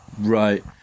Right